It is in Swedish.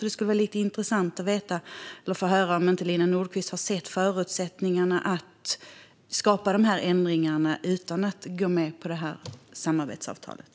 Det skulle därför vara intressant att få höra om Lina Nordquist inte har sett förutsättningarna att skapa de här ändringarna utan att gå med på samarbetsavtalet.